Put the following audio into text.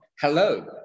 Hello